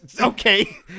okay